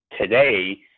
today